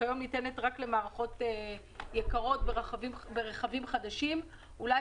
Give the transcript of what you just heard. שהיום ניתנת רק למערכות יקרות ברכבים חדשים אולי,